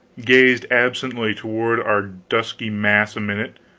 gazed absently toward our dusky mass a minute,